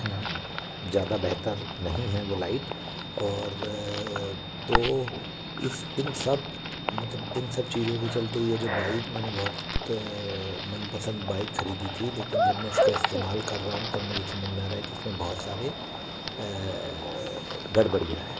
ज़्यादा बेहतर नहीं है वो लाइट और तो इस इन सब मतलब इन सब चीज़ों के चलते ये जो बाइक मैंने बहुत मनपसंद बाइक खरीदी थी लेकिन जब मैं इसका इस्तेमाल कर रहा हूँ तब मुझे समझ में आ रहा है कि इसमें बहुत सारे गड़बड़याँ है